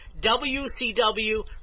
WCW